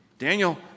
Daniel